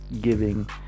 giving